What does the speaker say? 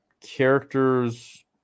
Characters